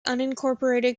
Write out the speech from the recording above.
unincorporated